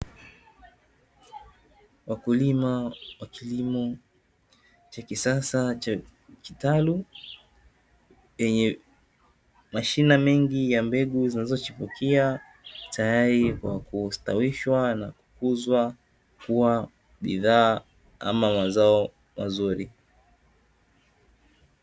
Wakulima wa kilimo cha kisasa cha kitalu yenye mashina mengi ya mbegu zilizochipukia, tayari kwa kustawishwa na kukuzwa na kuwa bidhaa au mazao mazuri.